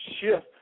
shift